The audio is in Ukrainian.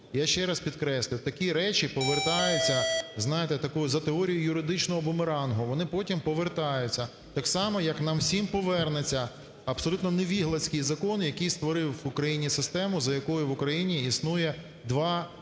Я ще раз підкреслю, такі речі повертаються, знаєте, такою за теорією юридичного бумерангу, вони потім повертаються. Так само як нам всім повернеться абсолютно невігласький закон, який створив в Україні систему, за якою в Україні існує два